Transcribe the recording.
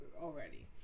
already